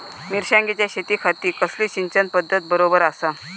मिर्षागेंच्या शेतीखाती कसली सिंचन पध्दत बरोबर आसा?